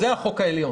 זה החוק העליון.